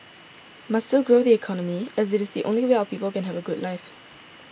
must still grow the economy as it is the only way our people can have a good life